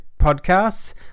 podcasts